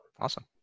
Awesome